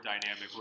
dynamic